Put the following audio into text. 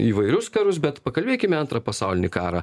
įvairius karus bet pakalbėkime antrą pasaulinį karą